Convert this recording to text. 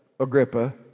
Agrippa